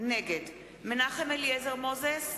נגד מנחם אליעזר מוזס,